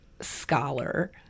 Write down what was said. scholar